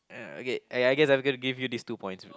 uh okay I I guess I'm gonna give you these two points